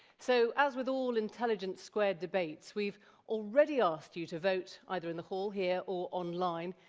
so as with all intelligence squared debates, we've already asked you to vote, either in the hall here or online.